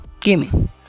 gaming